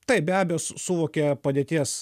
taip be abejo su suvokė padėties